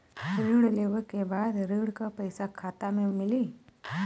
ऋण लेवे के बाद ऋण का पैसा खाता में मिली?